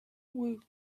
woking